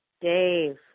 Dave